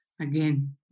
Again